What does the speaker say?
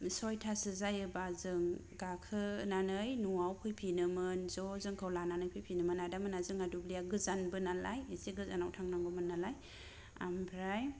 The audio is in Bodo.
सयथासो जायोबा जों गाखोनानै न'आव फैफिनो मोन ज' जोंखौ लानानै फैफिनो मोन आदा मोनहा जोंना दुब्लिआ गोजानबो नालाय एसे गोजानाव थांनांगौमोन नालाय ओमफ्राय